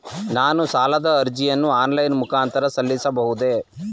ನಾನು ಸಾಲದ ಅರ್ಜಿಯನ್ನು ಆನ್ಲೈನ್ ಮುಖಾಂತರ ಸಲ್ಲಿಸಬಹುದೇ?